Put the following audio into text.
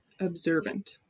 observant